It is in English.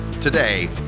today